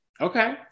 Okay